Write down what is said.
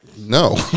No